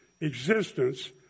existence